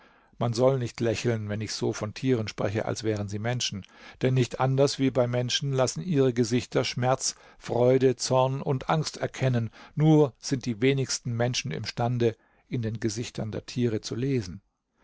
man soll nicht lächeln wenn ich so von tieren spreche als wären sie menschen denn nicht anders wie bei menschen lassen ihre gesichter schmerz freude zorn und angst erkennen nur sind die wenigsten menschen imstande in den gesichtern der tiere zu lesen